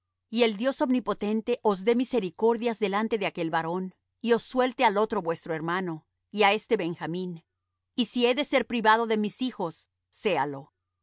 y el dios omnipotente os dé misericordias delante de aquel varón y os suelte al otro vuestro hermano y á este benjamín y si he de ser privado de mis hijos séalo